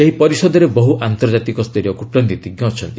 ସେହି ପରିଷଦରେ ବହୁ ଆନ୍ତର୍ଜାତିକ ସ୍ତରୀୟ କୁଟନୀତିଜ୍ଞ ଅଛନ୍ତି